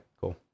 cool